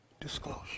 disclosure